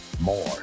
more